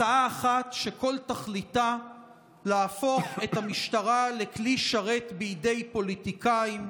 הצעה אחת שכל תכליתה להפוך את המשטרה לכלי שרת בידי פוליטיקאים,